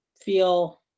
feel